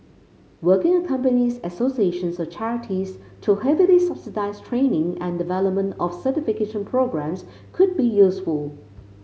working with companies associations or charities to heavily subsidise training and development of certification programmes could be useful